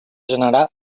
generar